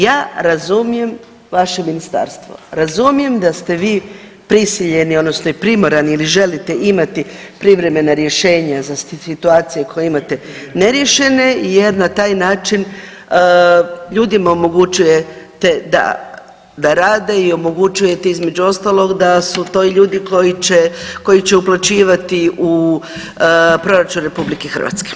Ja razumijem vaše ministarstvo, razumijem da ste vi prisiljeni odnosno i primorani ili želite imati privremena rješenja za situacije koje imate neriješene jer na taj način ljudima omogućujete da rade i omogućujete između ostalog da su to i ljudi koji će, koji će uplaćivati u proračun RH.